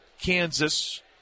Kansas